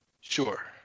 sure